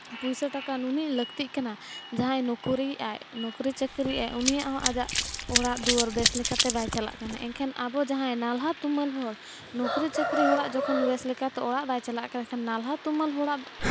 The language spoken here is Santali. ᱯᱩᱭᱥᱟᱹᱼᱴᱟᱠᱟ ᱱᱩᱱᱟᱹᱜ ᱞᱟᱹᱠᱛᱤᱜ ᱠᱟᱱᱟ ᱡᱟᱦᱟᱸᱭ ᱱᱩᱠᱨᱤᱭᱮᱜᱼᱟᱭ ᱱᱩᱠᱨᱤ ᱪᱟᱹᱠᱨᱤᱭᱮᱜᱼᱟᱭ ᱩᱱᱤᱭᱟᱜ ᱦᱚᱸ ᱟᱡᱟᱜ ᱚᱲᱟᱜ ᱫᱩᱣᱟᱹᱨ ᱵᱮᱥ ᱞᱮᱠᱟ ᱵᱟᱭ ᱪᱟᱞᱟᱜ ᱠᱟᱱᱟ ᱮᱱᱠᱷᱟᱱ ᱟᱵᱚ ᱡᱟᱦᱟᱸᱭ ᱱᱟᱞᱦᱟ ᱛᱩᱢᱟᱹᱞ ᱦᱚᱲ ᱱᱩᱠᱨᱤ ᱪᱟᱹᱠᱨᱤ ᱦᱚᱲᱟᱜ ᱡᱚᱠᱷᱚᱱ ᱵᱮᱥ ᱞᱮᱠᱟᱛᱮ ᱚᱲᱟᱜ ᱵᱟᱭ ᱪᱟᱞᱟᱜ ᱠᱟᱱ ᱠᱷᱟᱱ ᱱᱟᱞᱦᱟ ᱛᱩᱢᱟᱹᱞ ᱦᱚᱲᱟᱜ